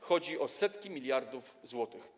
Chodzi o setki miliardów złotych.